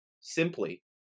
simply